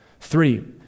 Three